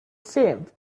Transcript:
seemed